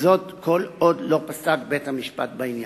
וזה כל עוד לא פסק בית-המשפט בעניין.